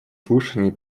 слушаний